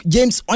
James